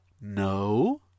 No